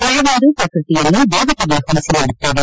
ನಾವಿಂದು ಪ್ರಕೃತಿಯನ್ನು ದೇವತೆಗೆ ಹೋಲಿಸಿ ನೋಡುತ್ತೇವೆ